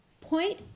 point